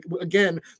again